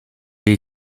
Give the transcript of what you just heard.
jej